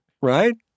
Right